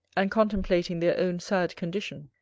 and contemplating their own sad condition.